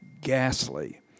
ghastly